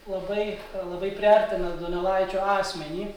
labai labai priartina donelaičio asmenį